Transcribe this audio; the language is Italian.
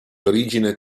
origine